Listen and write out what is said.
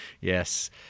Yes